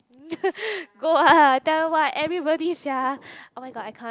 go ah tell you what everybody sia oh-my-god I can't